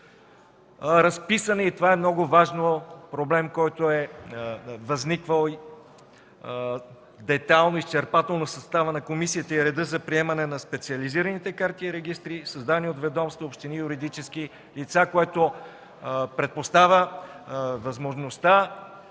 е проблем – това е много важно, който е възниквал, детайлно, изчерпателно: съставът на комисията и редът за приемане на специализираните карти и регистри, създавани от ведомства, общини и юридически лица, което предпоставя възможността